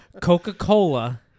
Coca-Cola